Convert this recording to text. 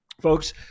folks